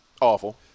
awful